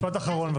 משפט אחרון בבקשה.